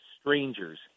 strangers